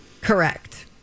Correct